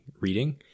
reading